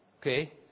Okay